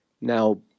Now